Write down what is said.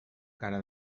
cara